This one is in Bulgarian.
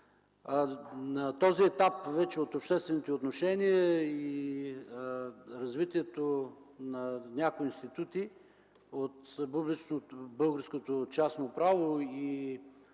този етап от обществените отношения и развитието на някои институти от българското частно право и